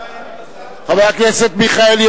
חבר הכנסת מיכאלי,